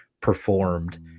performed